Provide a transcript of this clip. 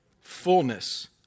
fullness